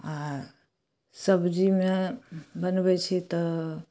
आ सब्जीमे बनबै छी तऽ